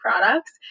products